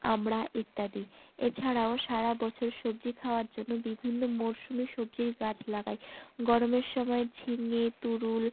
আমড়া ইত্যাদি এছাড়াও সারা বছর সবজি খাওয়ার জন্য বিভিন্ন মরশুমে সবজির গাছ লাগাই গরমের সময় ঝিঙে তুরুল